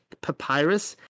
papyrus